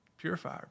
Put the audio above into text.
Purifier